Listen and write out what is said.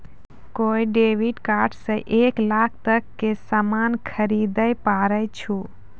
कोय debit card से एक लाख तक के सामान खरीदैल पारै छो